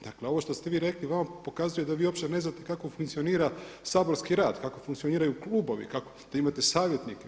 Dakle, ovo što ste vi rekli vama pokazuje da vi uopće ne znate kako funkcionira saborski rad, kako funkcioniraju klubovi, kako, da imate savjetnike.